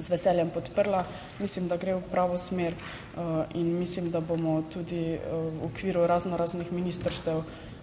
z veseljem podprla. Mislim, da gre v pravo smer in mislim, da bomo tudi v okviru raznoraznih ministrstev